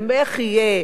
על איך יהיה,